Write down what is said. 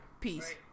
Peace